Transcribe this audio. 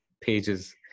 pages